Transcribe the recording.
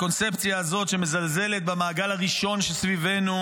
הקונספציה הזאת שמזלזלת במעגל הראשון שסביבנו,